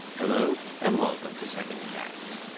hello and welcome to seven facts.